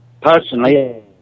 Personally